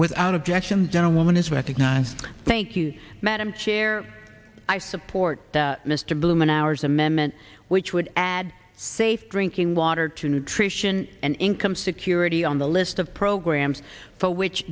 without objection gentlewoman is recognized thank you madam chair i support mr bloom an hours amendment which would add safe drinking water to nutrition and income security on the list of programs for which